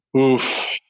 oof